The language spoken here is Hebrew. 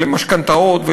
ומשכנתאות,